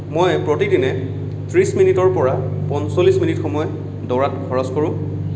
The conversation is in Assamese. মই প্ৰতি দিনে ত্ৰিছ মিনিটৰপৰা পঞ্চল্লিছ মিনিট সময় দৌৰাত খৰচ কৰোঁ